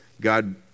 God